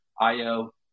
Io